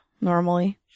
normally